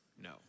no